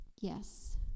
Yes